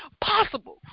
possible